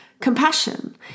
compassion